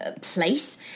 place